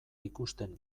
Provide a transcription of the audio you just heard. ikusten